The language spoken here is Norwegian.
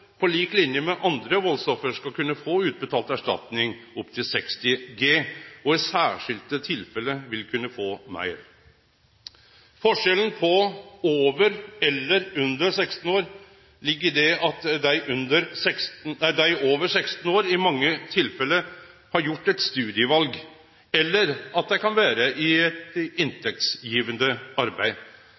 på lik linje med andre valdsoffer, skal kunne få utbetalt erstatning opp til 60 G og i særskilde tilfelle meir. Forskjellen på dei over og dei under 16 år ligg i at dei over 16 år i mange tilfelle har gjort eit studieval eller er i inntektsgjevande arbeid. For dei som er under 16 år, er det